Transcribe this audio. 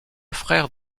frère